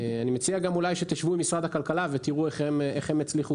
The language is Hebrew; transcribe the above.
אני מציע שתשבו עם משרד הכלכלה ותראו איך הם הצליחו